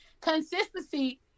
Consistency